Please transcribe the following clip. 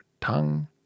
tongue